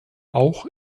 auch